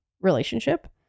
relationship